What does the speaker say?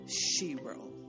Shiro